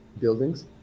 Buildings